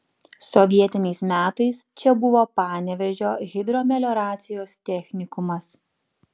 sovietiniais metais čia buvo panevėžio hidromelioracijos technikumas